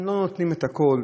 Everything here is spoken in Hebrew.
הם לא נותנים את הכול,